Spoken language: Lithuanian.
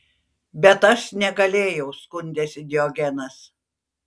bet aš negalėjau skundėsi diogenas